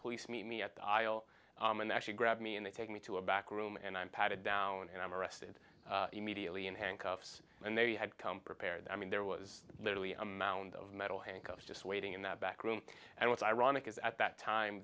police meet me at the aisle and actually grabbed me and they take me to a back room and i'm patted down and i'm arrested immediately in handcuffs and they had come prepared i mean there was literally a mound of metal handcuffs just waiting in the back room and what's ironic is at that time